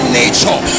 nature